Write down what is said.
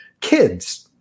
Kids